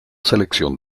selección